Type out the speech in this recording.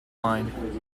line